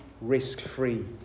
risk-free